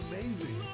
amazing